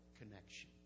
connection